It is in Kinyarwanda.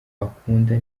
akunda